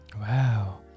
Wow